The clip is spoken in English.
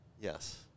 Yes